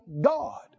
God